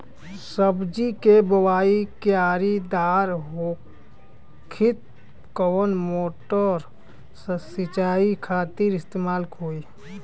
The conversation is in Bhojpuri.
सब्जी के बोवाई क्यारी दार होखि त कवन मोटर सिंचाई खातिर इस्तेमाल होई?